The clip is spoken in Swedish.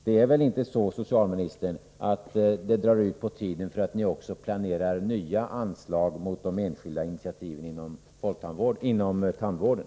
Det är väl inte så, socialministern, att det drar ut på tiden därför att ni planerar anslag mot de enskilda initiativen också inom tandvården?